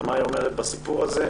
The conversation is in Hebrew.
מה היא אומרת בעניין הזה.